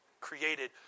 created